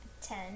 Ten